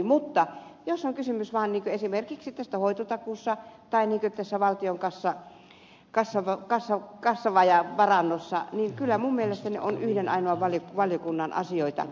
mutta jos on kysymys esimerkiksi hoitotakuusta tai valtion kassa kasata kansan kanssa vajaa kassavarannosta niin kyllä minun mielestäni ne ovat yhden ainoan valiokunnan asioita